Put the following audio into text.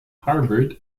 harvard